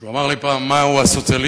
כשהוא אמר לי פעם מהו הסוציאליזם,